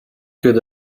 good